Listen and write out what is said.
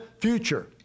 future